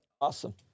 Awesome